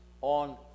on